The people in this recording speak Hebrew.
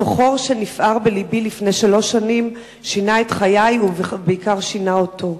אותו חור שנפער בלבי לפני שלוש שנים שינה את חיי ובעיקר שינה אותי.